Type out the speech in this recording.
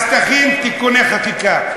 אז תכין תיקוני חקיקה.